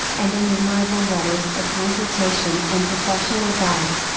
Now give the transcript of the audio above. and innumerable letters of consultation and professional advice,